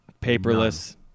Paperless